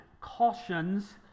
cautions